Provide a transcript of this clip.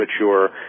mature